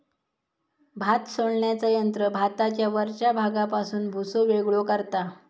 भात सोलण्याचा यंत्र भाताच्या वरच्या भागापासून भुसो वेगळो करता